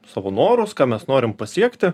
savo norus ką mes norim pasiekti